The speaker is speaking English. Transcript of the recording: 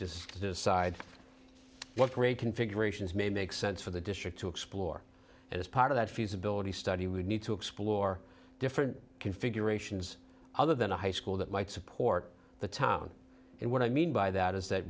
to decide what configurations may make sense for the district to explore as part of that feasibility study we need to explore different configurations other than a high school that might support the town and what i mean by that is that